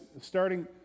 starting